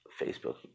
Facebook